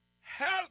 help